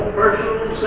personal